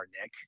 Nick